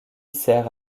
sert